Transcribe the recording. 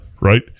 right